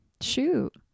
shoot